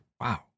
Wow